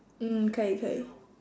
mm 可以可以